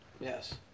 Yes